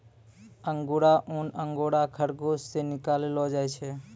अंगुरा ऊन अंगोरा खरगोस से निकाललो जाय छै